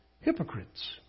Hypocrites